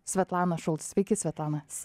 svetlaną šulc sveiki svetlana